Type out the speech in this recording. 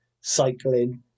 cycling